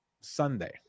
Sunday